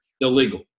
Illegal